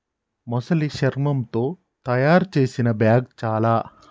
మొసలి శర్మముతో తాయారు చేసిన బ్యాగ్ చాల